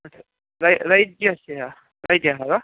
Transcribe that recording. अ रैज्यस्य रैज्यः वा